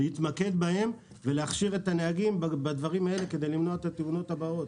להתמקד בהם ולהכשיר את הנהגים בדברים האלה כדי למנוע את התאונות הבאות.